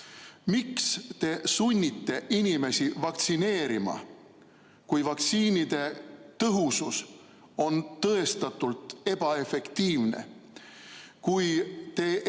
Miks te sunnite inimesi end vaktsineerima, kui vaktsiinide tõhusus on tõestatult ebaefektiivne, kui te ei